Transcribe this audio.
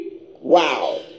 Wow